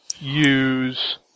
use